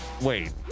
wait